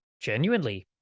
Genuinely